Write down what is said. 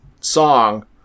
song